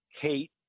hate